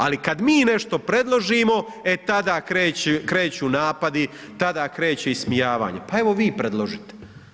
Ali kad mi nešto predložimo, e tada kreću napadi, tada kreće ismijavanje, pa evo vi predložite.